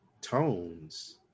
tones